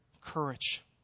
courage